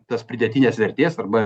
tos pridėtinės vertės arba